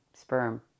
sperm